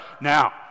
Now